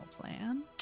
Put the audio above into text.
plan